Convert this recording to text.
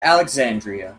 alexandria